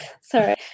sorry